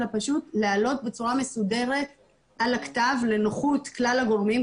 אלא פשוט להעלות בצורה מסודרת על הכתב לנוחות כלל הגורמים,